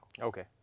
Okay